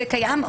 זה קיים.